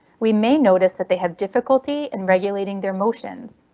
we may notice that they have difficulty in regulating their emotions.